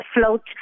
float